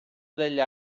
degli